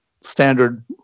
standard